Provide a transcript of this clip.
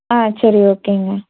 ஆ சரி ஓகேங்க